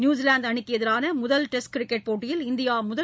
New Zealand அணிக்கு எதிரான முதல் டெஸ்ட் கிரிக்கெட் போட்டியில் இந்தியா முதல்